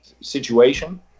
situation